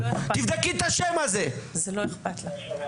השרים שיושבים פה?